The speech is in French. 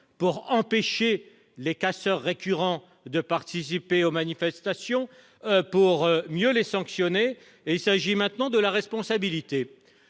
pour empêcher les casseurs récurrents de participer aux manifestations et pour mieux les sanctionner. Il s'agit maintenant de traiter